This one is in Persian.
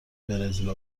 برزیل